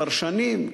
פרשנים,